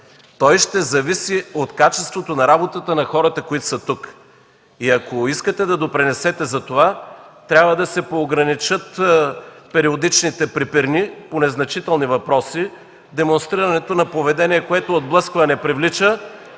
Той ще зависи от качеството на работата на хората, които са тук. Ако искате да допринесете за това, трябва да се поограничат периодичните препирни по незначителни въпроси, демонстрирането на поведение, което отблъсква, а не привлича